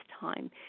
time